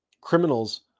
criminals